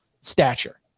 stature